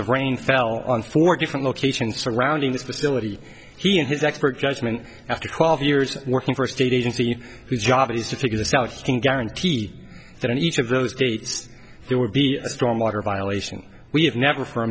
of rain fell on four different locations surrounding this facility he and his expert judgment after twelve years working for a state agency whose job is to figure this out can guarantee that in each of those days there would be storm water violations we have never for a